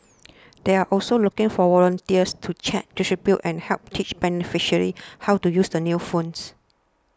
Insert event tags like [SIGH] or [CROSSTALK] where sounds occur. [NOISE] they're also looking for volunteers to check distribute and help teach beneficiaries [NOISE] how to use the new phones